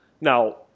Now –